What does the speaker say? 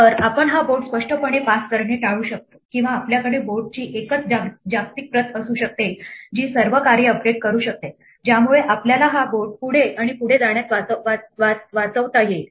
तर आपण हा बोर्ड स्पष्टपणे पास करणे टाळू शकतो किंवा आपल्याकडे बोर्डची एकच जागतिक प्रत असू शकते जी सर्व कार्ये अपडेट करू शकते ज्यामुळे आपल्याला हा बोर्ड पुढे आणि पुढे जाण्यात वाचवता येईल